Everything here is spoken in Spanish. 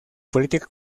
política